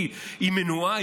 כי היא מנועה,